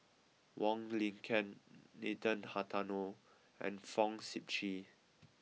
Wong Lin Ken Nathan Hartono and Fong Sip Chee